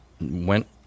went